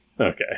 Okay